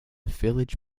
village